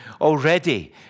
Already